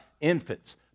Infants